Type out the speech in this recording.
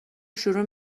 شروع